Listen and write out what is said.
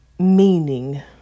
Meaning